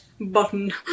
button